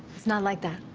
it's not like that.